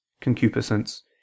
concupiscence